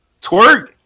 Twerk